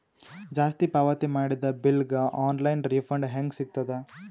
ಜಾಸ್ತಿ ಪಾವತಿ ಮಾಡಿದ ಬಿಲ್ ಗ ಆನ್ ಲೈನ್ ರಿಫಂಡ ಹೇಂಗ ಸಿಗತದ?